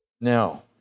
Now